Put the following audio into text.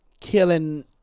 killing